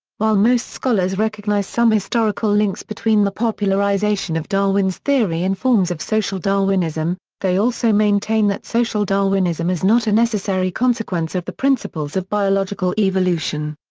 while most scholars recognize some historical links between the popularisation of darwin's theory and forms of social darwinism, they also maintain that social darwinism is not a necessary consequence of the principles of biological evolution.